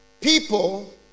people